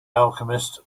alchemist